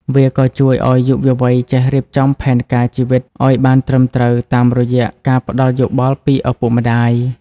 វាក៏ជួយឱ្យយុវវ័យចេះរៀបចំផែនការជីវិតឱ្យបានត្រឹមត្រូវ តាមរយៈការផ្ដល់យោបល់ពីឪពុកម្ដាយ។